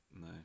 no